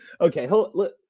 okay